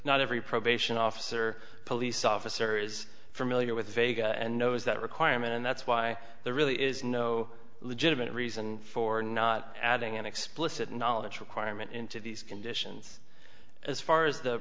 not every probation officer police officer is familiar with vega and knows that requirement and that's why there really is no legitimate reason for not adding an explicit knowledge requirement into these conditions as far as the